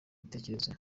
igitekerezo